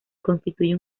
constituye